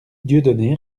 dieudonné